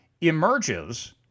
emerges